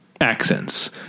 accents